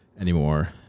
anymore